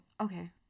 okay